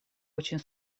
очень